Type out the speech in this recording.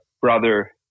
brother